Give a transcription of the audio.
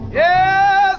yes